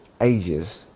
Ages